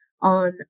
on